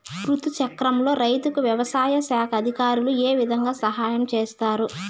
రుతు చక్రంలో రైతుకు వ్యవసాయ శాఖ అధికారులు ఏ విధంగా సహాయం చేస్తారు?